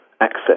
access